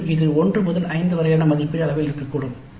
மீண்டும் இது 1 முதல் 5 வரையிலான மதிப்பீட்டு அளவில் இருக்கக்கூடும்